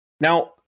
Now